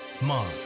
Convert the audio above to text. Mom